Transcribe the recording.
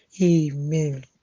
amen